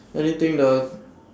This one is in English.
anything the